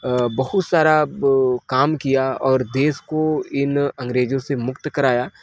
अ बहुत सारा ब अ काम किया और देश को इन अंग्रेजों से मुक्त कराया